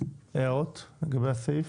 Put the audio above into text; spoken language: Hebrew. הערות לגבי הסעיף?